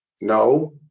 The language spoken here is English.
no